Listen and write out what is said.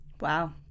Wow